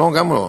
לא, גם לא.